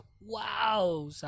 wow